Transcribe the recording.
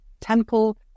temple